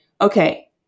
okay